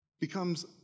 becomes